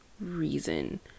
reason